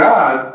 God